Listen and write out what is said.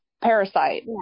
Parasite